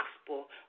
gospel